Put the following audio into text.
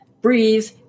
breathe